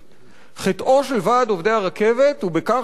חטאו של ועד עובדי הרכבת הוא בכך שהוא היה ועד